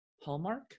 hallmark